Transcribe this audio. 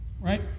right